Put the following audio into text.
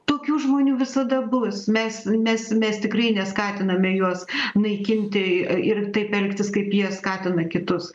tokių žmonių visada bus mes mes mes tikrai neskatiname juos naikinti i ir taip elgtis kaip jie skatina kitus